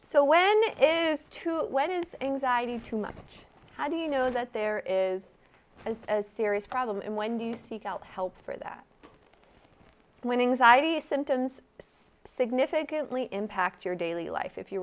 to when it is anxiety too much how do you know that there is a serious problem and when do you seek out help for that winnings id symptoms significantly impact your daily life if you